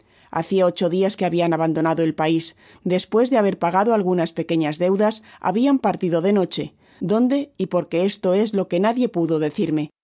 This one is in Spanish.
hacia ocho lias que habian abandonado el pais despues de haber pagado algunas pequeñas deudas habian partido de noche donde y porque esto es lo que nadie pudo decirme